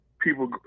people